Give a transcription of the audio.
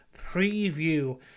Preview